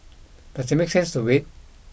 does it make sense to wait